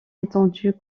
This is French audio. étendue